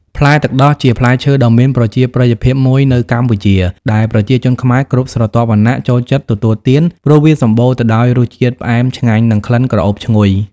ផ្លែទឹកដោះជាផ្លែឈើដ៏មានប្រជាប្រិយភាពមួយនៅកម្ពុជា ដែលប្រជាជនខ្មែរគ្រប់ស្រទាប់វណ្ណៈចូលចិត្តទទួលទាន ព្រោះវាសម្បូរទៅដោយរសជាតិផ្អែមឆ្ងាញ់ និងក្លិនក្រអូបឈ្ងុយ។